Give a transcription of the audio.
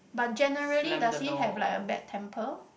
but generally does he have like a bad temper